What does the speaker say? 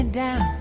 down